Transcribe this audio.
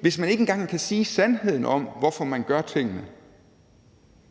hvis de ikke engang kan sige sandheden om, hvorfor de gør tingene,